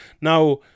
Now